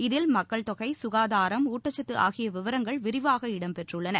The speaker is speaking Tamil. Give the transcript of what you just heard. இதில் மக்கள் தொகை சுகாதாரம் ஊட்டச்சத்து ஆகிய விவரங்கள் விரிவாக இடம்பெற்றுள்ளன